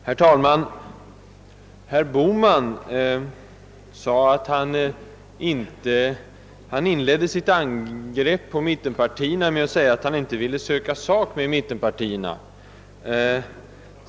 Herr talman! Herr Bohman inledde sitt angrepp på mittenpartierna med att säga att han inte ville söka sak med mitlenpartierna.